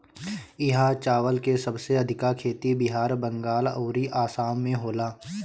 इहा चावल के सबसे अधिका खेती बिहार, बंगाल अउरी आसाम में होला